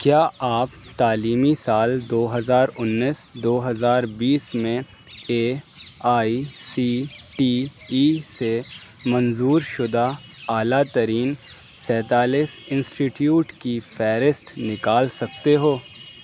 کیا آپ تعلیمی سال دوہزار انیس دوہزار بیس میں A I C T E سے منظور شدہ اعلی ترین سینتالیس انسٹیٹیوٹ کی فہرست نکال سکتے ہو